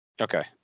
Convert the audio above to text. Okay